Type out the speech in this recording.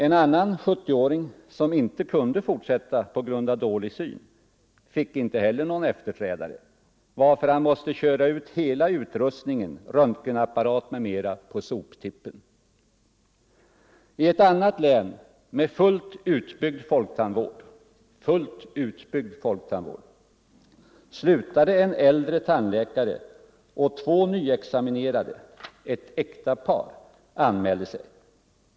En annan 70-åring som inte kunde fortsätta på grund av dålig syn fick inte heller någon efterträdare, varför han måste köra ut hela utrustning, röntgenapparat m.m. på soptippen. I ett annat län, med fullt utbyggd folktandvård, slutade en äldre tandläkare, och två nyexaminerade — ett äkta par — anmälde sig.